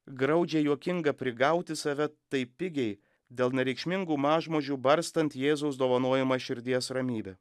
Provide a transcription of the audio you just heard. graudžiai juokinga prigauti save taip pigiai dėl nereikšmingų mažmožių barstant jėzaus dovanojamą širdies ramybę